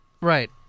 Right